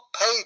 paid